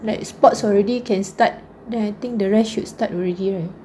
like sports already can start then I think the rest should start already right